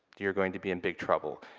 you're going to be in big trouble,